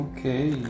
Okay